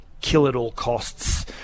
kill-at-all-costs